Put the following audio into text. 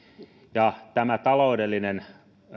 ja tämä taloudellinen